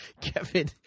Kevin